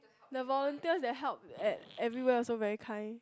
the volunteers that help at everywhere also very kind